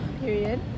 Period